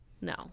No